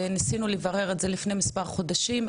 וניסינו לברר את זה לפני מספר חודשים,